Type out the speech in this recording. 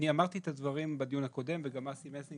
אני אמרתי את הדברים בדיון הקודם וגם אסי מסינג